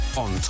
on